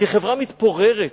כחברה מתפוררת,